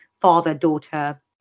father-daughter